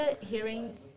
hearing